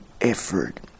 effort